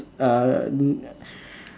uh mm